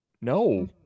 no